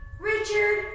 Richard